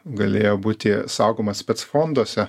galėjo būti saugoma spec fonduose